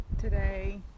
today